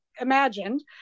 imagined